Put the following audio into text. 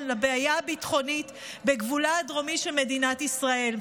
לבעיה הביטחונית בגבולה הדרומי של מדינת ישראל.